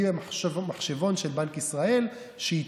יהיה מחשבון של בנק ישראל שיצפה,